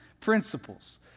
principles